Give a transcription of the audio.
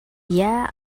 yeah